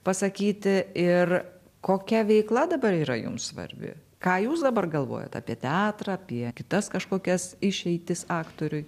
pasakyti ir kokia veikla dabar yra jums svarbi ką jūs dabar galvojat apie teatrą apie kitas kažkokias išeitis aktoriui